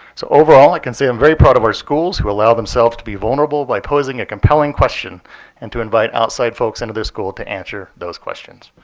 so overall, i can say i'm very proud of our schools who allowed themselves to be vulnerable by posing a compelling question and to invite outside folks into their school to answer those questions.